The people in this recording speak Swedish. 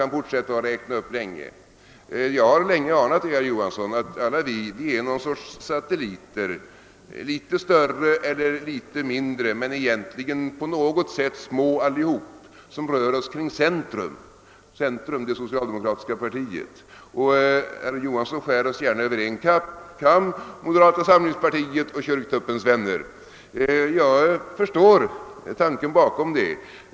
Jag har länge anat det, herr Johansson; vi uppfattas alla som ett slags satelliter — litet större eller litet mindre men egentligen små allihop — som rör oss kring centrum, d.v.s. det socialdemokratiska partiet. Herr Johansson skär oss, moderata samlingspartiet och »Kyrktuppens vänner», över en kam. Jag förstår tanken bakom det.